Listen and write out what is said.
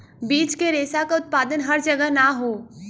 बीज के रेशा क उत्पादन हर जगह ना हौ